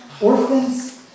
Orphans